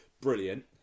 brilliant